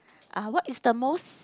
uh what is the most